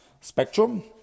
spectrum